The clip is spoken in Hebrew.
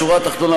השורה התחתונה,